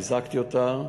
חיזקתי אותה,